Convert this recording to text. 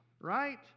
right